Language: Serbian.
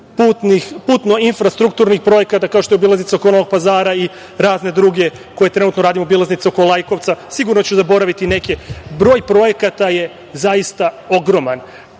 putno infrastrukturnih projekata, kao što je obilaznica oko Novog Pazara i razne druge koje trenutno radimo, obilaznica oko Lajkovca, sigurno ću zaboraviti neke. Broj projekata je zaista ogroman.